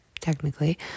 technically